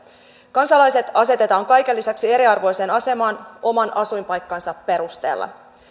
kansalaiset asetetaan kaiken lisäksi eriarvoiseen asemaan oman asuinpaikkansa perusteella